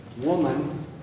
Woman